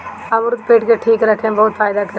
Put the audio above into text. अमरुद पेट के ठीक रखे में बहुते फायदा करेला